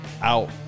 out